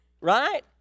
right